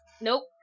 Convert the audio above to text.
Nope